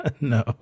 no